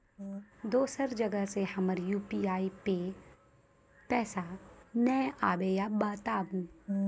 दोसर जगह से हमर यु.पी.आई पे पैसा नैय आबे या बताबू?